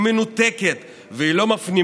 היא מנותקת והיא לא מפנימה